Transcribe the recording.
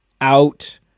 out